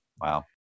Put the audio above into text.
wow